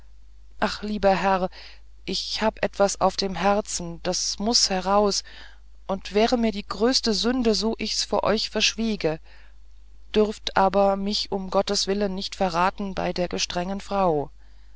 ach lieber herr ich habe etwas auf dem herzen das muß heraus und wäre mir die größte sünde so ich's vor euch verschwieg dürft aber mich um gottes willen nicht verraten bei der gestrengen frau